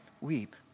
weep